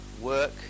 work